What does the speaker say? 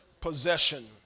possession